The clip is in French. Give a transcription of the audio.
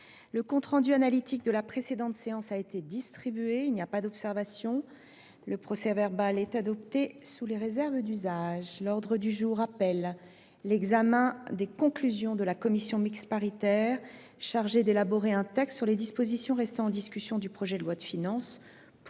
Le compte rendu analytique de la précédente séance a été distribué. Il n’y a pas d’observation ?… Le procès verbal est adopté sous les réserves d’usage. L’ordre du jour appelle l’examen des conclusions de la commission mixte paritaire chargée d’élaborer un texte sur les dispositions restant en discussion du projet de loi de finances